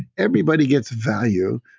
everybody gets value.